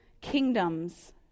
kingdoms